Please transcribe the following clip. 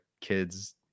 kids